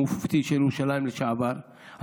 המופתי של ירושלים לשעבר,